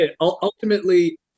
Ultimately